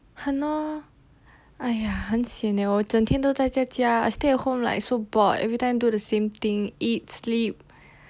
!hannor! !aiya! 很 sian eh 我整天都呆在家 stay at home like so bored everytime do the same thing eat sleep